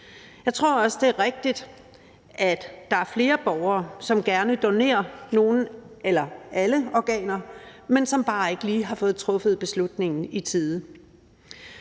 Jeg tror også, det er rigtigt, at der er flere borgere, som gerne vil donere nogle eller alle organer, men som bare ikke lige har fået truffet beslutningen i tide.